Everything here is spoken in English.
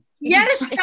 Yes